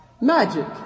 Magic